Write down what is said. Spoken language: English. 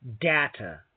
Data